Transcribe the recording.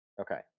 Okay